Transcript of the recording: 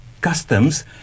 customs